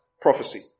prophecy